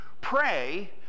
pray